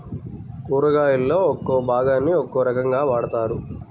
కూరగాయలలో ఒక్కో భాగాన్ని ఒక్కో రకంగా వాడతారు